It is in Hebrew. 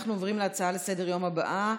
אנחנו עוברים להצעה לסדר-היום הבאה,